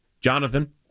Jonathan